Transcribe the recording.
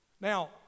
Now